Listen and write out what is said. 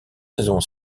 saison